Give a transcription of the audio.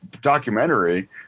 documentary